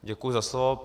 Děkuji za slovo.